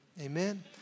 Amen